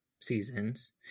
seasons